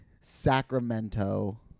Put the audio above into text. Sacramento